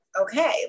Okay